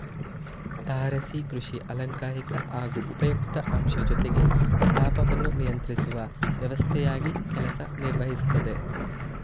ತಾರಸಿ ಕೃಷಿ ಅಲಂಕಾರಿಕ ಹಾಗೂ ಉಪಯುಕ್ತ ಅಂಶ ಜೊತೆಗೆ ತಾಪವನ್ನು ನಿಯಂತ್ರಿಸುವ ವ್ಯವಸ್ಥೆಯಾಗಿ ಕೆಲಸ ನಿರ್ವಹಿಸ್ತದೆ